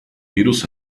virus